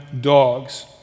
dogs